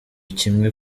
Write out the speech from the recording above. kimwe